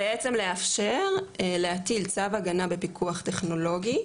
בעצם לאפשר להטיל צו הגנה בפיקוח טכנולוגי,